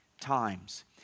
times